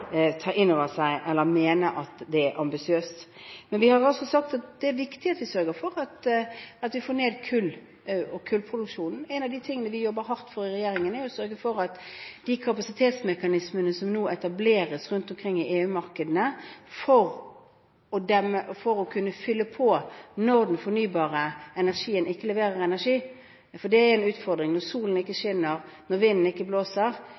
viktig at vi sørger for at vi får ned kullet og kullproduksjonen. En av de tingene vi jobber hardt for i regjeringen, er å sørge for de kapasitetsmekanismene som nå etableres rundt omkring i EU-markedene for å kunne fylle på når den fornybare energien ikke leverer energi, for det er en utfordring. Når solen ikke skinner, og når vinden ikke blåser,